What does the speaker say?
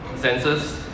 census